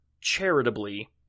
charitably